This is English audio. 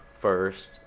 first